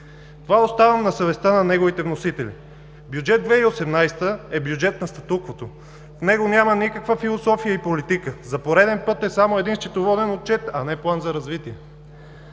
Това оставям на съвестта на неговите вносители. Бюджет 2018 е бюджет на статуквото. В него няма никаква философия и политика. За пореден път е само един счетоводен отчет, а не план за развитие.